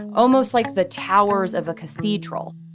almost like the towers of a cathedral.